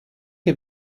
che